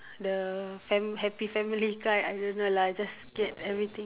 the fam~ happy family card I don't know lah just get everything